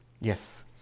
Yes